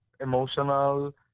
emotional